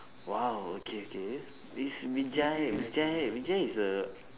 !wow! okay okay is vijay vijay vijay is a